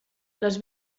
les